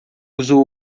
uso